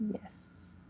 Yes